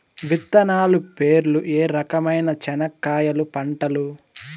విత్తనాలు పేర్లు ఏ రకమైన చెనక్కాయలు పంటలు?